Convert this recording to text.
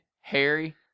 Harry